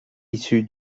issue